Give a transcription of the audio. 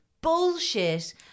bullshit